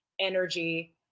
energy